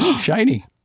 Shiny